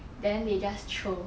then they just throw